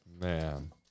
man